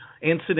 incident